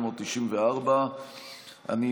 29 בינואר 2021,